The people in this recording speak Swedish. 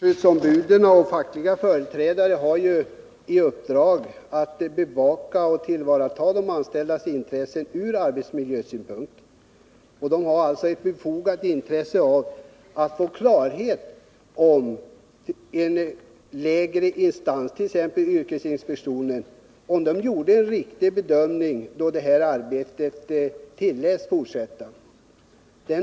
Herr talman! Huvudskyddsombuden och de fackliga företrädarna har i uppdrag att bevaka och tillvarata de anställdas intressen ur arbetsmiljösynpunkt. De har alltså ett befogat intresse av att få klarhet i huruvida en lägre instans,t.ex. yrkesinspektionen, gjorde en riktig bedömning då arbetet tilläts fortsätta.